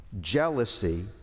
jealousy